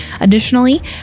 Additionally